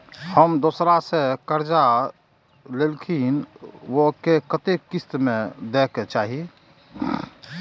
हम दोसरा से जे कर्जा लेलखिन वे के कतेक किस्त में दे के चाही?